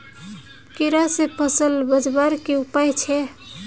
कीड़ा से फसल बचवार की उपाय छे?